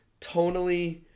tonally